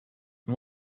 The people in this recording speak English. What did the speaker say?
and